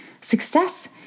Success